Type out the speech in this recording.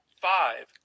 Five